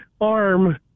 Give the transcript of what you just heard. arm